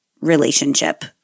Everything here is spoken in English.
relationship